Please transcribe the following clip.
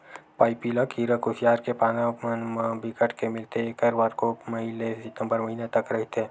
पाइपिला कीरा कुसियार के पाना मन म बिकट के मिलथे ऐखर परकोप मई ले सितंबर महिना तक रहिथे